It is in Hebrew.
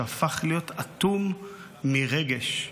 שהפך להיות אטום לרגש.